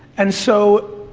and so,